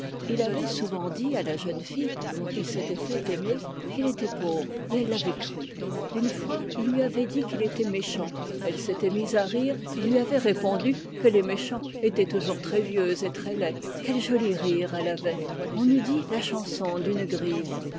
il avait souvent dit à la jeune fille dont il s'était fait aimer qu'il était pauvre et elle l'avait cru une fois il lui avait dit qu'il était méchant elle s'était mise à rire et lui avait répondu que les méchants étaient toujours très vieux et très laids quel joli rire elle avait on eût dit la chanson d'une grive